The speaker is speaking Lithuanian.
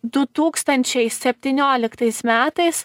du tūkstančiai septynioliktais metais